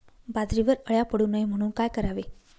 बाजरीवर अळ्या पडू नये म्हणून काय करावे?